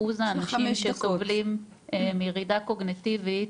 אחוז האנשים שסובלים מירידה קוגניטיבית,